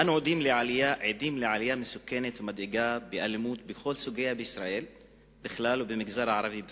אנו עדים לעלייה מסוכנת ומדאיגה באלימות בישראל בכלל ובמגזר הערבי בפרט.